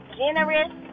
generous